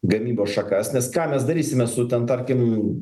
gamybos šakas nes ką mes darysime su ten tarkim